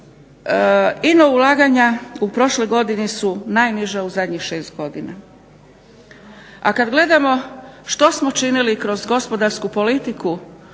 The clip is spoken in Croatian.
Ino ulaganja u prošloj godini su najniža u zadnjih šest godina. A kad gledamo što smo činili kroz gospodarsku politiku